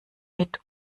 mit